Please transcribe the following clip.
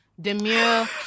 demure